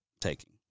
taking